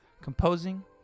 composing